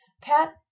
Pat